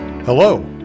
Hello